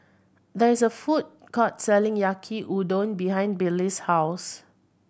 there is a food court selling Yaki Udon behind Billy's house